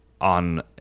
on